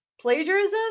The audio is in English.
Plagiarism